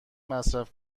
مصرف